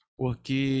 porque